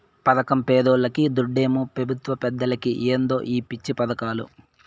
పదకం పేదోల్లకి, దుడ్డేమో పెబుత్వ పెద్దలకి ఏందో ఈ పిచ్చి పదకాలు